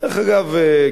דרך אגב,